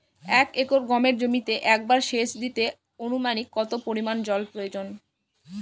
এক একর গমের জমিতে একবার শেচ দিতে অনুমানিক কত পরিমান জল প্রয়োজন?